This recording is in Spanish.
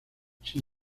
sin